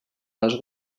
les